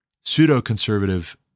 pseudo-conservative